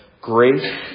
grace